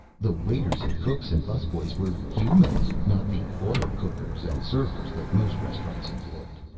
the waiters and cooks and busboys were humans, not the autocookers and servers that most restaurants employed.